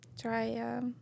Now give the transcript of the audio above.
try